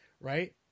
Right